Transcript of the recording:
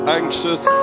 anxious